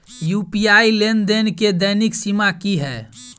UPI लेनदेन केँ दैनिक सीमा की है?